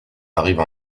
arrive